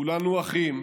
כולנו אחים,